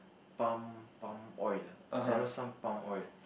palm palm oil lah I know some palm oil